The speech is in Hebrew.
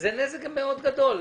זה נזק מאוד גדול.